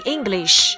English